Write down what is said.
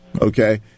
okay